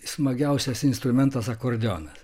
smagiausias instrumentas akordeonas